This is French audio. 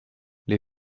les